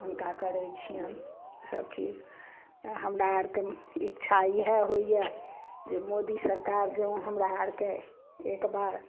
हुनका करय छियनि सभचीज तऽ हमरा आरके इच्छा इएह होइए जे मोदी सरकार जँ हमरा आरके एकबार